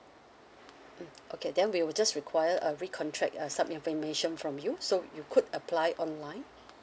mm okay then we will just require a recontract uh information from you so you could apply online